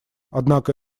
однако